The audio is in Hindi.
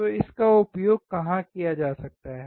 तो इसका उपयोग कहां किया जा सकता है